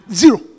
zero